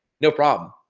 no problem.